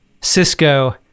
Cisco